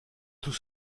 tout